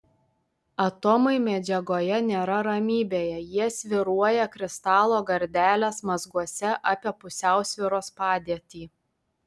atomai medžiagoje nėra ramybėje jie svyruoja kristalo gardelės mazguose apie pusiausvyros padėtį